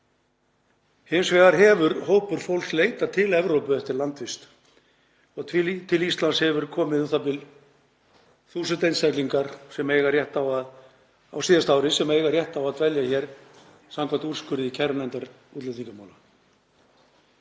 Hins vegar hefur hópur fólks leitað til Evrópu eftir landvist og til Íslands komu u.þ.b. 1.000 einstaklingar á síðasta ári sem eiga rétt á að dvelja hér samkvæmt úrskurði kærunefndar útlendingamála.